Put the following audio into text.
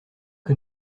que